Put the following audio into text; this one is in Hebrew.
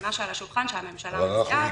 מה שעל השולחן שהממשלה מביאה.